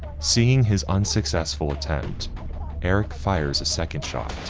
seeing his unsuccessful attempt eric fires a second shot,